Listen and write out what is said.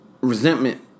resentment